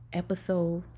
episode